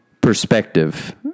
perspective